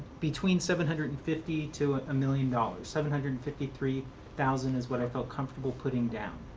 between seven hundred and fifty to a million dollars. seven hundred and fifty three thousand is what i feel comfortable putting down.